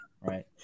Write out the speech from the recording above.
right